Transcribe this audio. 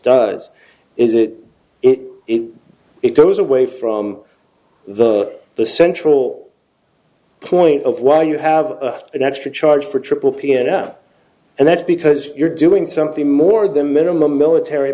does is it if it goes away from the the central point of why you have an extra charge for triple piano and that's because you're doing something more than minimum military